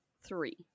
three